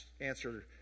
answer